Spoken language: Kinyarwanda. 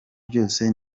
byose